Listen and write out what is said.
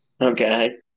Okay